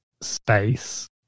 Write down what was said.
space